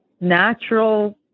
natural